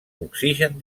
oxigen